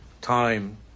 time